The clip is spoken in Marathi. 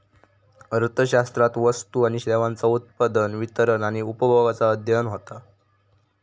अर्थशास्त्रात वस्तू आणि सेवांचा उत्पादन, वितरण आणि उपभोगाचा अध्ययन होता